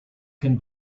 can